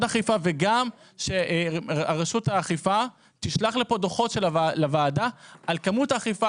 אכיפה וגם שרשות האכיפה תשלח לפה דוחות לוועדה על כמות האכיפה,